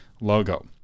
logo